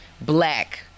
black